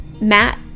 Matt